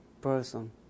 person